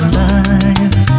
life